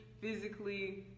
physically